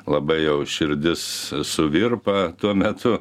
labai jau širdis suvirpa tuo metu